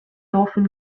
dauphin